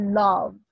love